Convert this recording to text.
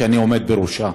שאני עומד בראשה,